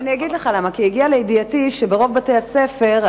הגיע לידיעתי שברוב בתי-הספר,